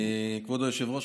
כבוד היושב-ראש,